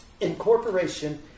Incorporation